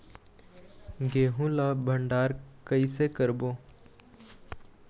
गेहूं ला भंडार कई से करबो?